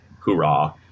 hurrah